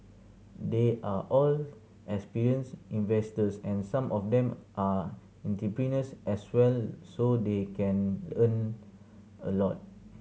they are all experienced investors and some of them are entrepreneurs as well so they can learn a lot